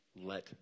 let